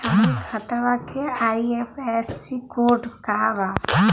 हमरे खतवा के आई.एफ.एस.सी कोड का बा?